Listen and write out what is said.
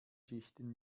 schichten